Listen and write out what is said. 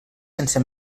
sense